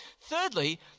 Thirdly